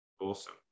Awesome